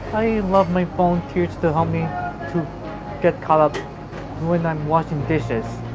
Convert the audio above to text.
i love my volunteers to help me to get caught up when i'm washing dishes.